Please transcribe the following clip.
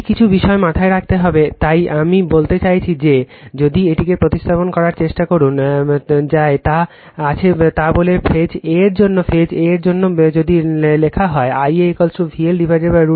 এই কিছু বিষয় মাথায় রাখতে হবে তাই আমি বলতে চাচ্ছি যে যদি এইটিকে উপস্থাপন করার চেষ্টা করুন কি কল যা আছে তা বলে ফেজ a এর জন্য ফেজ a এর জন্য যদি দেখুন যে Ia VL√ 3 কোণ 30Zy